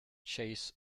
chase